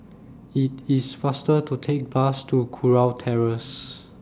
IT IS faster to Take Bus to Kurau Terrace